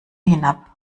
hinab